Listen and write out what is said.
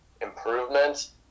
improvements